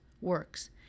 works